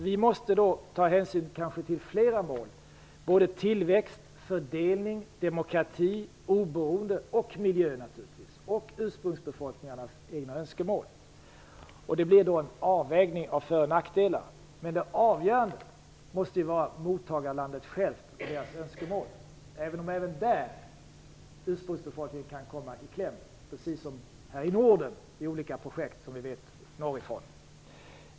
Vi måste kanske ta hänsyn till flera mål, som tillväxt, fördelning, demokrati och oberoende liksom också ursprungsbefolkningarnas egna önskemål. Det blir då en avvägning av för och nackdelar, men det avgörande måste vara önskemålen från mottagarlandet självt, även om också där ursprungsbefolkningen kan komma i kläm, precis på det sätt som, som bekant, skett i olika projekt här i Norden.